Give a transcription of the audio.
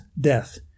death